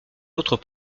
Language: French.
autres